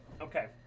Okay